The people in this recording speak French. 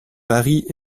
paris